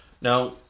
Now